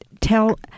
tell